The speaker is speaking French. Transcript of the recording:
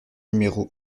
numéro